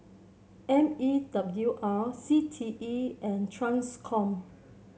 M E W R C T E and Transcom